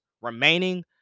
remaining